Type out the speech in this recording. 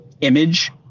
image